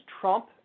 Trump